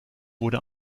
wurde